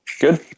Good